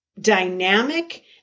dynamic